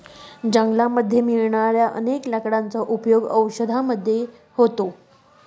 जंगलामध्ये मिळणाऱ्या अनेक लाकडांचा उपयोग औषधी मध्ये होतो